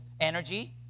energy